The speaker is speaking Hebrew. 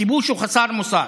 הכיבוש הוא חסר מוסר